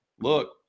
look